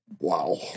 Wow